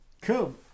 Cool